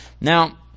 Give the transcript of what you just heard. Now